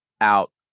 out